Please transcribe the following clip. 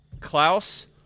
Klaus